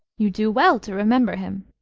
you do well to remember him.